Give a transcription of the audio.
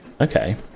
okay